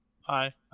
Hi